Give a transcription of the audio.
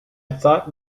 thought